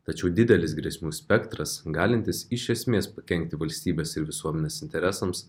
tačiau didelis grėsmių spektras galintis iš esmės pakenkti valstybės ir visuomenės interesams